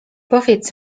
powiedz